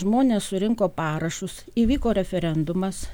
žmonės surinko parašus įvyko referendumas